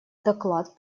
доклад